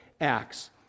acts